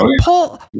Paul